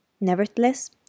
Nevertheless